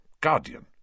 guardian